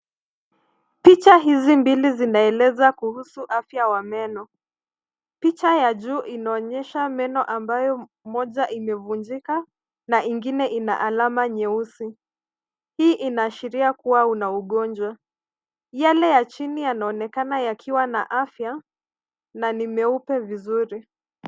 Picha hizi mbili zinaeleza kuhusu afya wa meno. Picha ya juu ina onyesha meno ambayo moja imevunjika na ingine ina alama nyeusi. Hii inashiria kuwa una ugonjwa. Yale ya chini yana onekana yakiwa na afya na ni meupe vizuri.